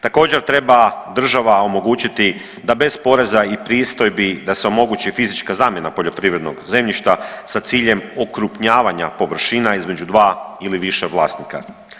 Također treba država omogućiti da bez poreza i pristojbi da se omogući fizička zamjena poljoprivrednog zemljišta sa ciljem okrupnjavanja površina između dva ili više vlasnika.